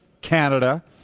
Canada